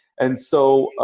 and so,